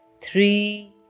three